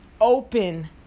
open